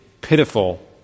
pitiful